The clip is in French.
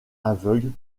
aveugles